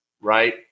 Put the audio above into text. Right